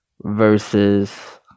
Versus